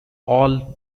all